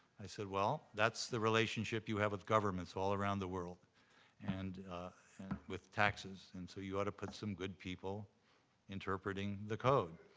i said, well, that's the relationship you have with governments all around the world and and with taxes, and so you ought to put some good people interpreting the code.